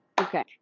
Okay